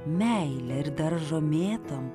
meile ir daržo mėtom